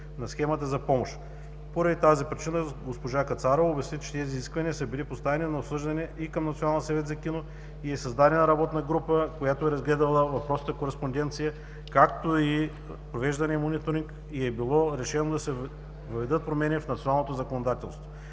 на схемата за помощ. Поради тази причина госпожа Кацарова обясни, че тези изисквания са били поставени на обсъждане и към Националния съвет за кино и е създадена работна група, която е разгледала въпросната кореспонденция, както и провеждания мониторинг и е било решено да се въведат промени в